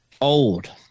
Old